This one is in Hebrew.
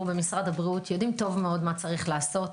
במשרד הבריאות יודעים טוב מאוד מה יש לעשות.